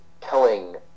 telling